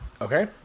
Okay